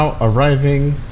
arriving